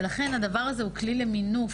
לכן, הדבר הזה הוא כלי למינוף.